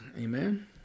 Amen